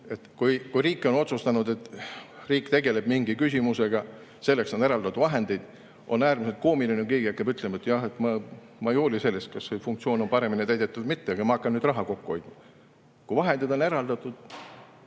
Kui riik on otsustanud, et ta tegeleb mingi küsimusega ja selleks on eraldatud vahendid, siis on äärmiselt koomiline, kui keegi hakkab ütlema, et ma ei hooli sellest, kas see funktsioon on paremini täidetud või mitte, aga ma hakkan nüüd raha kokku hoidma. Kui vahendid on eraldatud,